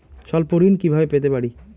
স্বল্প ঋণ কিভাবে পেতে পারি?